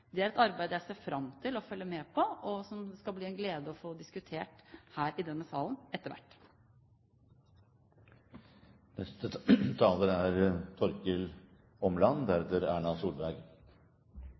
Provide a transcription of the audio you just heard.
Det er et arbeid jeg ser fram til å følge med på, og som det skal bli en glede å få diskutert her i denne salen etter